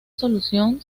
solución